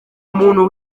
umuntu